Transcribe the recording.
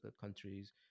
countries